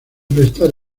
prestar